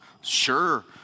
Sure